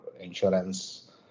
insurance